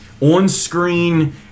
on-screen